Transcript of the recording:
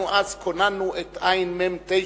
אז כוננו את עמ/9,